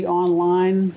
online